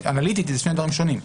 אנליטית אלה שני דברים שונים.